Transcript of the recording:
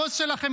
הבוס שלכם,